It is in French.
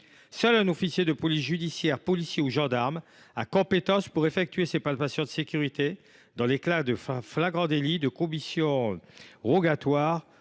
Seul un officier de police judiciaire, policier ou gendarme, a compétence pour effectuer ces gestes dans les cas de flagrant délit, de commission rogatoire